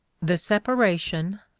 the separation,